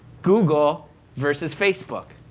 google vs. facebook.